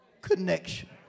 connection